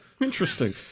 Interesting